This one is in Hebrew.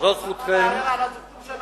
אבל זו זכותכם, למה לערער על הזכות שלנו?